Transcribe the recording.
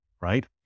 right